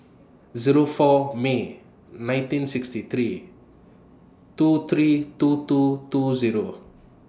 Zero four May nineteen sixty three two three two two two Zero